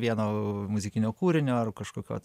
vieno muzikinio kūrinio ar kažkokio